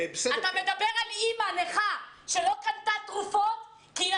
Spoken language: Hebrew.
אתה מדבר על אימא נכה שלא קנתה תרופות כי היא